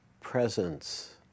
presence